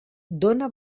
dóna